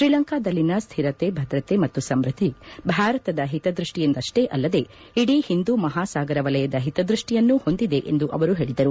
ಶ್ರೀಲಂಕಾದಲ್ಲಿನ ಶ್ವಿರತೆ ಭದ್ರತೆ ಮತ್ತು ಸಮ್ಬದ್ದಿ ಭಾರತದ ಹಿತದ್ವಷ್ಟಿಯಿಂದಷ್ಟೇ ಅಲ್ಲದೇ ಇಡೀ ಹಿಂದೂ ಮಹಾಸಾಗರ ವಲಯದ ಹಿತದ್ದಷ್ಟಿಯನ್ನೂ ಹೊಂದಿದೆ ಎಂದು ಅವರು ಹೇಳಿದರು